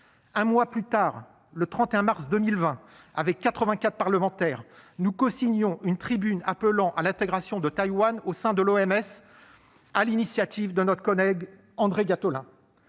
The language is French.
Un mois plus tard, le 31 mars 2020, avec quatre-vingt-quatre parlementaires, nous cosignions une tribune appelant à l'intégration de Taïwan au sein de l'OMS, sur l'initiative de notre collègue André Gattolin.